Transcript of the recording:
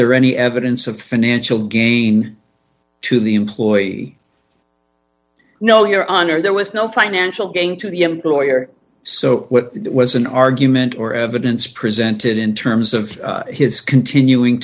there any evidence of financial gain to the employee no your honor there was no financial gain to the employer so it was an argument or evidence presented in terms of his continuing